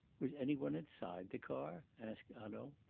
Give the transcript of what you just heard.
was any one inside the car? asked hanaud.